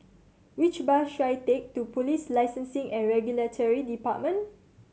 which bus should I take to Police Licensing and Regulatory Department